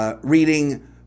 reading